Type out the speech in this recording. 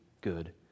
good